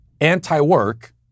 anti-work